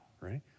right